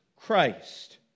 Christ